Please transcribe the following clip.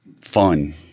fun